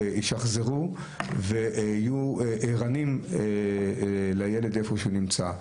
ישחזרו ויהיו ערניים לאיפה שהילד נמצא.